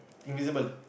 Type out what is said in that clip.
invisible